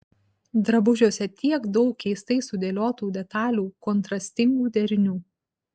drabužiuose tiek daug keistai sudėliotų detalių kontrastingų derinių